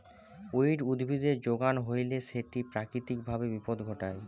weed উদ্ভিদের যোগান হইলে সেটি প্রাকৃতিক ভাবে বিপদ ঘটায়